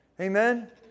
Amen